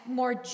more